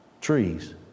trees